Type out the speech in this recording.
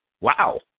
Wow